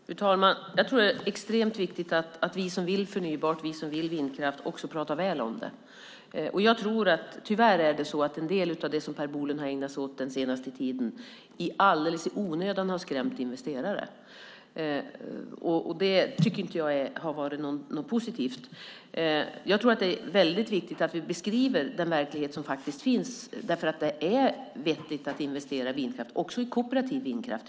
Fru talman! Jag tror att det är extremt viktigt att vi som vill ha förnybart och vindkraft också pratar väl om det. Tyvärr är det så att en del av det som Per Bolund har ägnat sig åt den senaste tiden alldeles i onödan har skrämt investerare. Det tycker inte jag har varit något positivt. Det är väldigt viktigt att vi beskriver den verklighet som faktiskt finns. Det är vettigt att investera i vindkraft i dag, också i kooperativ vindkraft.